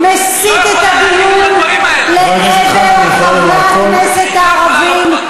ראש הממשלה מסיט את הדיון לעבר חברי הכנסת הערבים.